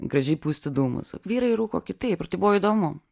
gražiai pūsti dūmus vyrai rūko kitaip ir tai buvo įdomu